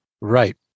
Right